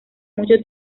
mucho